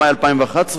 במאי 2011,